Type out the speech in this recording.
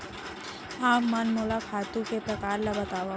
आप मन मोला खातू के प्रकार ल बतावव?